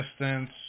distance